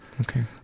okay